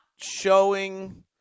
showing